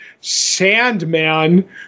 Sandman